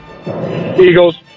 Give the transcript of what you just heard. Eagles